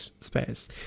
space